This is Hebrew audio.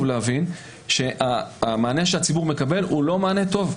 להבין שהמענה שהציבור מקבל הוא לא מענה טוב.